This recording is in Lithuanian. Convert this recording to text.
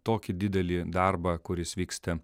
tokį didelį darbą kuris vykste